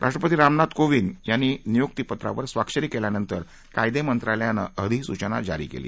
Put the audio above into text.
राष्ट्रपति रामनाथ कोविंद यांनी नियुक्ती पत्रावर स्वाक्षरी केल्यानंतर कायदे मंत्रालयाने अधिसूचना जारी केली